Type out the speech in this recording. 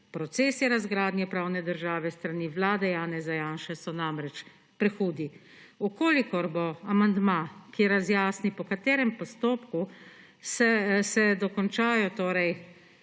procesi razgradnje pravne države s strani vlade Janeza Janše so namreč prehudi. Če bo amandma, ki razjasni, po katerem postopku se dokončajo že